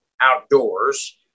outdoors